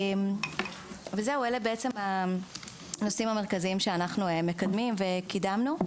אלה הנושאים המרכזיים שאנחנו מקדמים וקידמנו.